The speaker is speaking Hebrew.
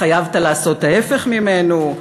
התחייבת לעשות ההפך ממנו,